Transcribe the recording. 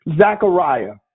Zechariah